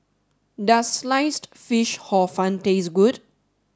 does sliced fish hor fun taste good